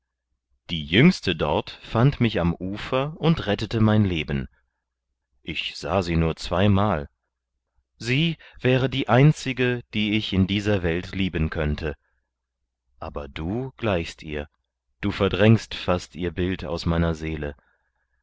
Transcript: die jüngste dort fand mich am ufer und rettete mein leben ich sah sie nur zweimal sie wäre die einzige die ich in dieser welt lieben könnte aber du gleichst ihr du verdrängst fast ihr bild aus meiner seele